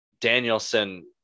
Danielson